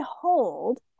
hold